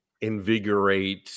invigorate